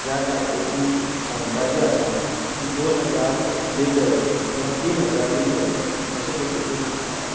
ज्या टाकयेची क्षमता जी आसा ती दोन हजार लिटर किंवां तीन हजार लिटर अशें पद्दतीन आसता